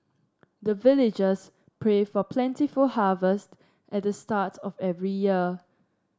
the villagers pray for plentiful harvest at the start of every year